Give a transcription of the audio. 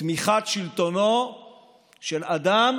תמיכה בשלטונו של אדם